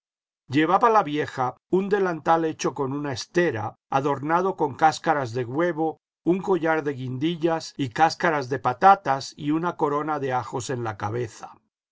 llevaba la vieja un delantal hecho con una estera adornado con cascaras de huevo un collar de guindillas y cascaras de patatas y una corona de ajos en la cabeza